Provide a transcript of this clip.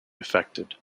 affected